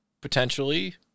Potentially